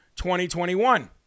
2021